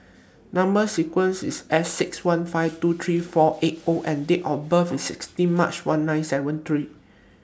Number sequence IS S six one five two three four eight O and Date of birth IS sixteen March one nine seven three